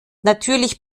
natürlich